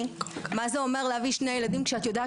מה זה אומר להביא שני ילדים כשאת יודעת